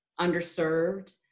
underserved